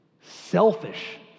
selfish